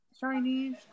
Chinese